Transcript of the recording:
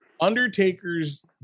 Undertaker's